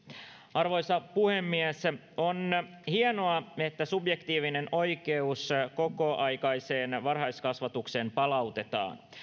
arvoisa puhemies on hienoa että subjektiivinen oikeus kokoaikaiseen varhaiskasvatukseen palautetaan